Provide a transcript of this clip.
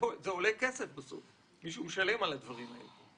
עולה כסף בסוף, מישהו צריך לשלם על הדברים האלה.